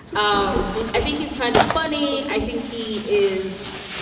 um i think he's kind of funny. i think he is.